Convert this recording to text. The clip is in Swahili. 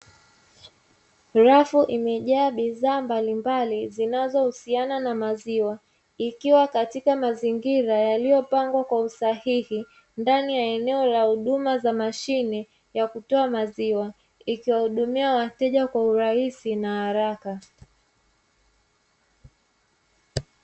Rafu imejaa bidhaa mbalimbali zinazo husiana na maziwa, ikiwa katika mazingira yaliyopangwa kwa usahihi ndani ya eneo la huduma za mashine ya kutoa maziwa, ikiwa hudumia wateja kwa urahisi na haraka.